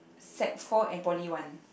sec four and poly one